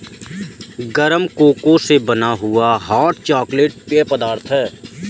गरम कोको से बना हुआ हॉट चॉकलेट पेय पदार्थ है